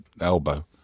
elbow